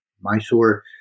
Mysore